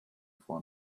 for